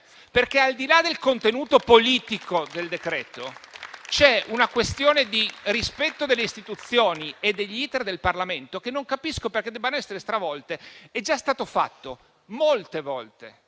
Al di là del contenuto politico del decreto, c'è una questione di rispetto delle istituzioni e degli *iter* del Parlamento, che non capisco perché debbano essere stravolti. È già avvenuto molte volte,